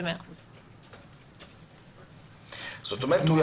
זה 100%. זאת אומרת,